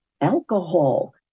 alcohol